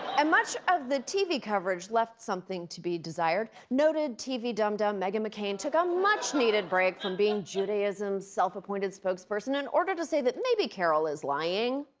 and much of the tv coverage left something to be desired. noted tv dum dum, meghan mccain, took a much-needed break from being judaism's self-appointed spokesperson in order to say that maybe carroll is lying.